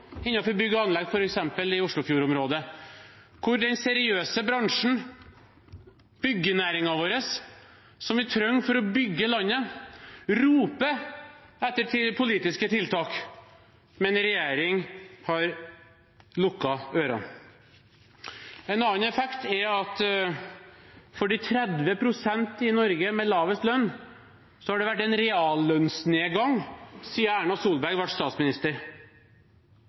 bygg og anlegg, f.eks. i Oslofjord-området, hvor den seriøse bransjen, byggenæringen vår, som vi trenger for å bygge landet, roper etter politiske tiltak. Men regjeringen har lukket ørene. En annen effekt er at for de 30 pst. i Norge med lavest lønn har det vært en reallønnsnedgang siden Erna Solberg ble statsminister.